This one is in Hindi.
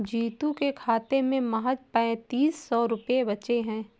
जीतू के खाते में महज पैंतीस सौ रुपए बचे हैं